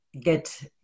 get